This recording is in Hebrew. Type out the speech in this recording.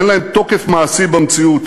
אין להן תוקף מעשי במציאות,